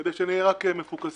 כדי שנהיה מפוקסים